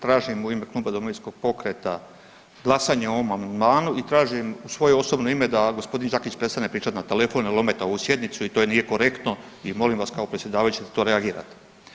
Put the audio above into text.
Tražim u ime Kluba Domovinskog pokreta glasanje o ovom amandmanu i tražim u svoje osobno ime da g. Đakić prestane pričati na telefon jer ometa ovu sjednicu i to nije korektno i molim vas kao predsjedavajućeg da to reagirate.